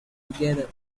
together